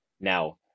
Now